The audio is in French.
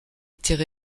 étaient